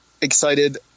excited